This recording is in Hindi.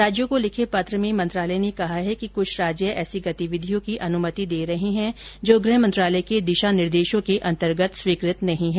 राज्यों को लिखे पत्र में मंत्रालय ने कहा है कि कुछ राज्य ऐसी गतिविधियों की अनुमति दे रहे हैं जो गृह मंत्रालय के दिशा निर्देशों के अंतर्गत स्वीकृत नहीं हैं